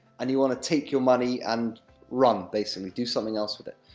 and you want to take your money and run, basically do something else with it.